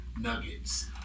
nuggets